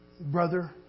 Brother